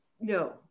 no